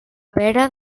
pera